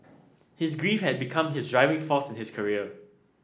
his grief had become his driving force his career